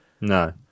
No